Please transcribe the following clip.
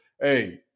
Hey